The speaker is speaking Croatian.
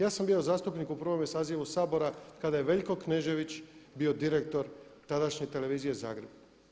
Ja sam bio zastupnik u prvome sazivu Sabora kada je Veljko Knežević bio direktor tadašnje televizije Zagreb.